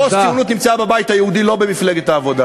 הפוסט-ציונות נמצא בבית היהודי, לא במפלגת העבודה.